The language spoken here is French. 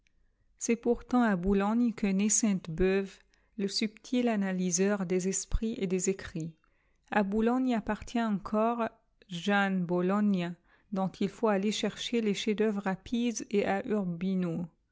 c'est pourtant à boulogne que naît sainte-beuve le subtil analyseur des esprits et des écrits a boulogne appartient encore gianbologna dont il faut aller chercher les chefsd'œuvre à pise et à urbino